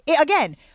Again